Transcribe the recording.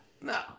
no